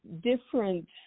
different